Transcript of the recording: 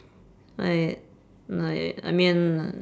like like I mean uh